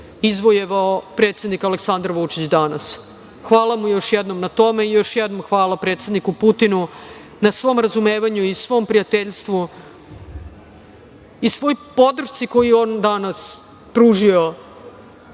izvojevao predsednik Aleksandar Vučić danas. Hvala mu još jednom na tome i još jednom hvala predsedniku Putinu na svom razumevanju i svom prijateljstvu i svoj podršci koju je on danas pružio